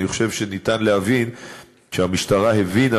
אני חושב שניתן להבין שהמשטרה הבינה,